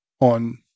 on